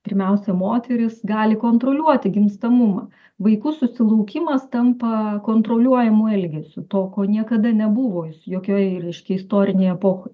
pirmiausia moterys gali kontroliuoti gimstamumą vaikų susilaukimas tampa kontroliuojamu elgesiu to ko niekada nebuvo jokioj reiškia istorinėj epochoj